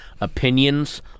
opinions